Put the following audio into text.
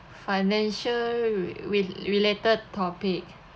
financial re~ related topic